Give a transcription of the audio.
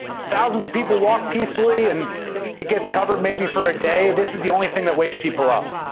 thousands of people walk peacefully and it gets covered maybe for a day. this is the only thing that wakes people up,